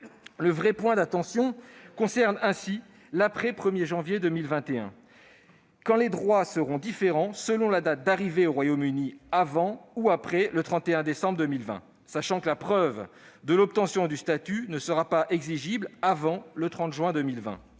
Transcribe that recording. Le véritable point d'attention concerne ainsi la période qui suivra le mois de janvier 2021, quand les droits seront différents selon la date d'arrivée au Royaume-Uni- avant ou après le 31 décembre 2020 -, sachant que la preuve de l'obtention du statut ne sera pas exigible avant le 30 juin 2021.